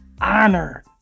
honor